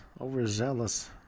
overzealous